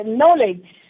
knowledge